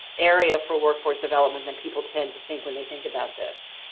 area for workforce development than people tend to think when they think about this.